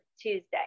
Tuesday